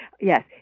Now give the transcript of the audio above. Yes